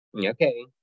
okay